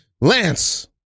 Lance